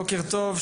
בוקר טוב,